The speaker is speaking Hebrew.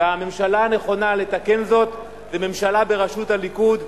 והממשלה הנכונה לתקן זאת זה ממשלה בראשות הליכוד,